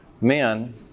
Men